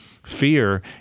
Fear